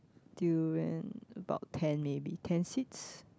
durian about ten maybe ten seeds